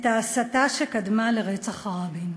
את ההסתה שקדמה לרצח רבין.